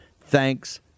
Thanks